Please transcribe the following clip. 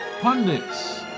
pundits